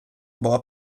була